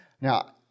Now